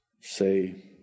say